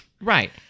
Right